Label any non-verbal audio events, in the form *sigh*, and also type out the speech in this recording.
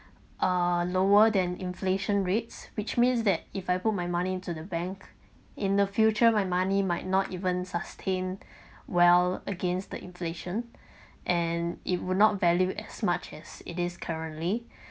uh lower than inflation rates which means that if I put my money into the bank in the future my money might not even sustain well against the inflation and it would not value as much as it is currently *breath*